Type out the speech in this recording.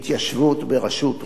בראשות ראש הממשלה,